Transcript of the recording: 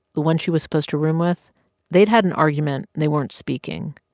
the one she was supposed to room with they'd had an argument. they weren't speaking.